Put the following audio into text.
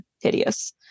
hideous